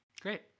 Great